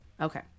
okay